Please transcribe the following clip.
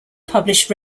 published